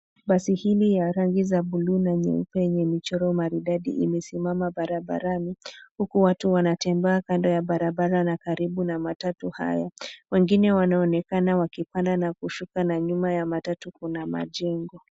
Basi hili ya rangi za buluu na nyeupe yenye maridadi imesimama barabarani, huku watu wanatembea kando ya barabara na karibu na matatu haya. Wengine wanaonekana wakipanda na kushuka na nyuma ya matatu kuna majengo.